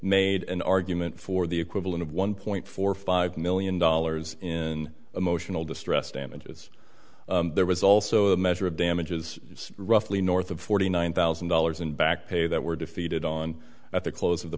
made an argument for the equivalent of one point four five million dollars in emotional distress damages there was also a measure of damages roughly north of forty nine thousand dollars in back pay that were defeated on at the close of the